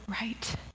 right